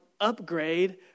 upgrade